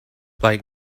like